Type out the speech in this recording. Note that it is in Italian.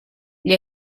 gli